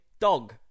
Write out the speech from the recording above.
dog